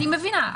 אני מבינה.